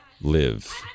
live